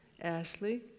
Ashley